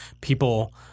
People